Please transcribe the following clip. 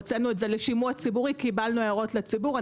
הוצאנו את זה לשימוע ציבורי, קיבלנו הערות לציבור.